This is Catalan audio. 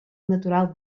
natural